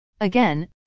Again